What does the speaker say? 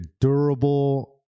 durable